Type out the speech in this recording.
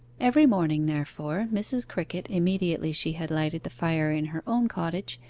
every morning, therefore, mrs. crickett, immediately she had lighted the fire in her own cottage,